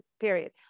period